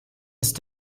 ist